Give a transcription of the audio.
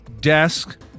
desk